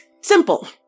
Simple